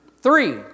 Three